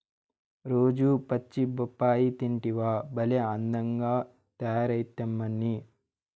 రోజూ పచ్చి బొప్పాయి తింటివా భలే అందంగా తయారైతమ్మన్నీ